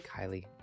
Kylie